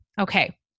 Okay